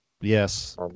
yes